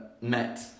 met